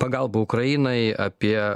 pagalba ukrainai apie